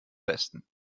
besten